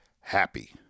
happy